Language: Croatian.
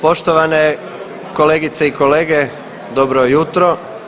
Poštovane kolegice i kolege, dobro jutro.